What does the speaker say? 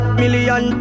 million